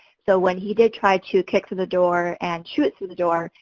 so, when he did try to kick through the door and shoot through the door,